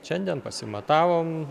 šiandien pasimatavom